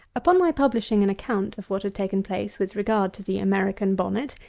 upon my publishing an account of what had taken place with regard to the american bonnet,